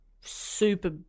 Super